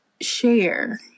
share